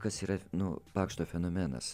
kas yra nu pakšto fenomenas